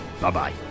bye-bye